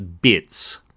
bits